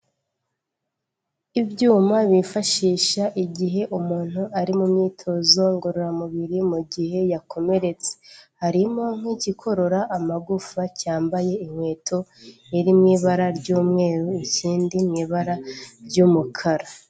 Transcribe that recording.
Ibyuma bifashisha igihe umuntu ari mu myitozo ngororamubiri mu gihe yakomeretse, harimo nk'ikigorora amagufa cyambaye inkweto iri mu ibara ry'umweru ikindi ibara ry'umukara.